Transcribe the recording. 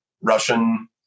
Russian